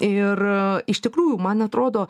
ir iš tikrųjų man atrodo